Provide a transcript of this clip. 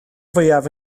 fwyaf